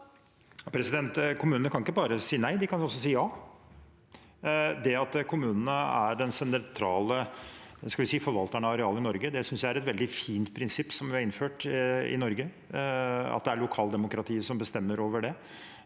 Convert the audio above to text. Kommunene kan ikke bare si nei, de kan også si ja. Det at kommunene er den sentrale – skal vi si – forvalteren av areal i Norge, synes jeg er et veldig fint prinsipp som vi har innført i Norge, at det er lokaldemokratiet som bestemmer over det.